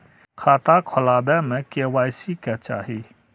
खाता खोला बे में के.वाई.सी के चाहि?